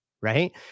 Right